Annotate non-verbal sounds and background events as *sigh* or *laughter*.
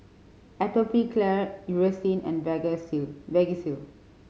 Atopiclair Eucerin and *unintelligible* Vagisil